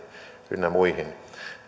ynnä muihin